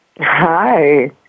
Hi